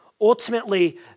Ultimately